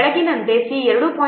ಕೆಳಗಿನಂತೆ c 2